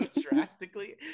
drastically